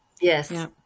yes